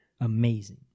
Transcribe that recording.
Amazing